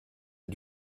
est